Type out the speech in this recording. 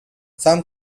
some